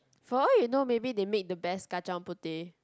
for all you know maybe they made the best kacang-puteh